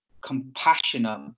compassionate